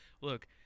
Look